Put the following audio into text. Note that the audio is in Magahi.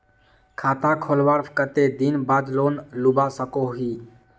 खाता खोलवार कते दिन बाद लोन लुबा सकोहो ही?